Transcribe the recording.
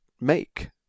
make